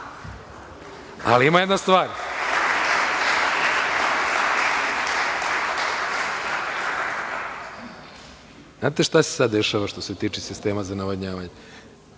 Ima jedna stvar, znate šta se sada dešava što se tiče sistema za navodnjavanje?